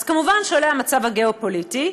אז כמובן עולה המצב הגיאו-פוליטי,